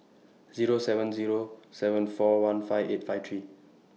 Zero seven Zero seven four one five eight five three